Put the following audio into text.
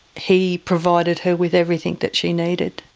he provided her with everything that she needed.